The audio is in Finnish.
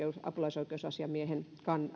apulaisoikeusasiamiehen